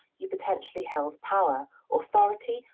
you potentially held power, authority,